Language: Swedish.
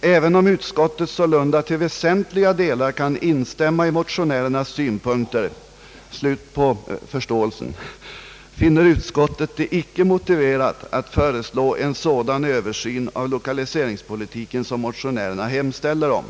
»även om utskottet sålunda till väsentliga delar kan instämma i motionärernas synpunkter», — slut på förståelsen! — »finner utskottet det icke motiverat att föreslå en sådan översyn av lokaliseringspolitiken som motionärerna hemställer om.